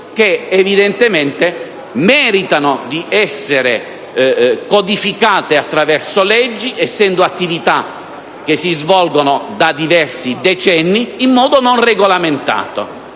medica che meritano di essere codificate attraverso leggi, essendo attività che si svolgono da diversi decenni in modo non regolamentato.